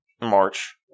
March